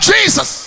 Jesus